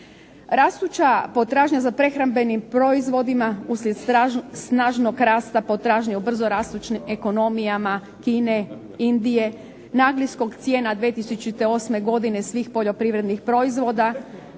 Rastuća potražnja za prehrambenim proizvodima uslijed snažnog rasta potražnje u brzo rastućim ekonomijama Kine, Indije, nagli skok cijena 2008. godine svih poljoprivrednih proizvoda